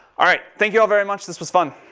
all right, thank you all very much, this was fun.